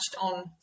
on